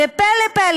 והפלא ופלא,